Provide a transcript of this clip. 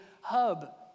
hub